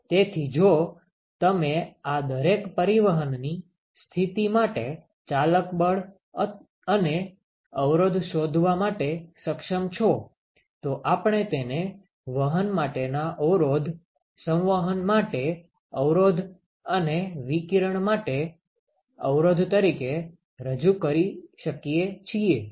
તેથી જો તમે આ દરેક પરિવહનની સ્થિતિ માટે ચાલક બળ અને અવરોધ શોધવા માટે સક્ષમ છો તો આપણે તેને વહન માટેના અવરોધસંવહન માટે અવરોધ અને વિકિરણ માટે અવરોધ તરીકે રજૂ કરી શકીએ છીએ